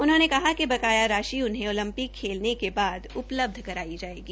उन्होंने कहा कि बकाया राश्जि उन्हें ओलंपिक खेलने के बाद उपलब्ध करवाई जायेगी